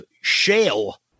Shale